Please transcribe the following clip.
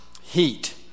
heat